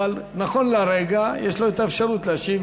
אבל נכון להרגע יש לו אפשרות להשיב